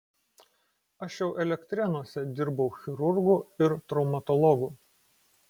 aš jau elektrėnuose dirbau chirurgu ir traumatologu